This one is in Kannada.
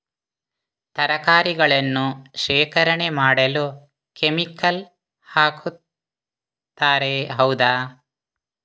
ತರಕಾರಿಗಳನ್ನು ಶೇಖರಣೆ ಮಾಡಲು ಕೆಮಿಕಲ್ ಹಾಕುತಾರೆ ಹೌದ?